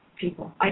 people